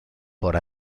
por